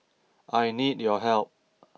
I need your help